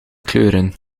kleuren